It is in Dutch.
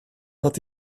wat